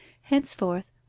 henceforth